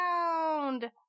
round